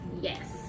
Yes